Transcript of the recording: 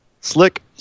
slick